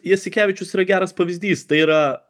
jasikevičius yra geras pavyzdys tai yra